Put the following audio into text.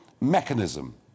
mechanism